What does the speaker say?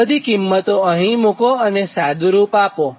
આ બધી કિંમતો અહિંયા મુકો અને સાદુરૂપ આપો